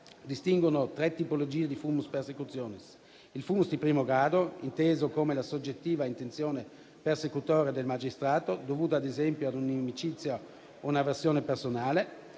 distinguono tre tipologie di *fumus persecutionis*: il *fumus* di primo grado, inteso come la soggettiva intenzione persecutoria del magistrato, dovuta, ad esempio, ad una inimicizia o ad una avversione personale;